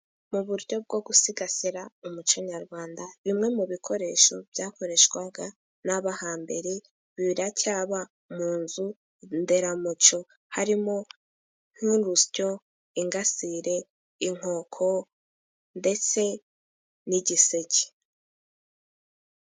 Mu buryo bwo gusigasira umuco nyarwanda bimwe mu bikoresho byakoreshwaga n'abo hambere biracyaba mu nzu mberamuco harimo nk'urusyo, ingasire, inkoko ndetse n'igiseke.